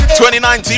2019